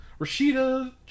Rashida